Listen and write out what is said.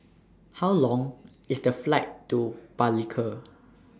How Long IS The Flight to Palikir